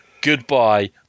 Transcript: Goodbye